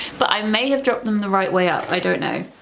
but i may have dropped them the right way up, i don't know,